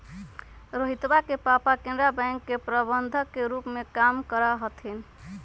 रोहितवा के पापा केनरा बैंक के प्रबंधक के रूप में काम करा हथिन